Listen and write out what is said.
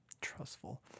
trustful